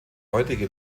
heutige